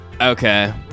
Okay